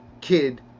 kid